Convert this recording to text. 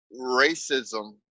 racism